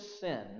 sin